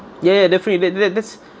ya ya definitely tha~ that that's